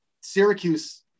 Syracuse